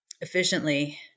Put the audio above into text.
efficiently